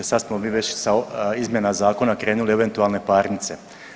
Sad smo mi već sa izmjena zakona krenuli u eventualne parnice.